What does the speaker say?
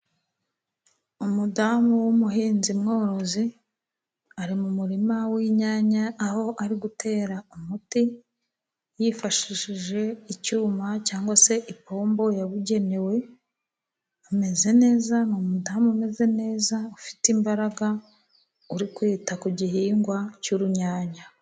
Umudamu w’umuhinzi mworozi ari mu murima w’inyanya, aho ari gutera umuti yifashishije icyuma cyangwa se ipompo yabugenewe. Ameze neza, ni umudamu umeze neza ufite imbaraga, uri kwita ku gihingwa cy’urunyanya.